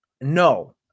no